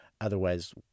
otherwise